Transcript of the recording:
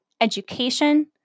education